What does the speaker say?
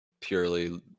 purely